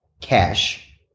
cash